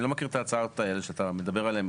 אני לא מכיר את ההצעות האלה שאתה מדבר עליהן,